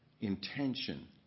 intention